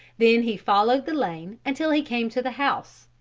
then he followed the lane until he came to the house,